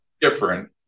different